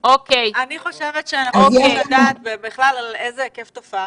אני חושבת שחשוב לדעת על איזה היקף תופעה